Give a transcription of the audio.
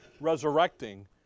resurrecting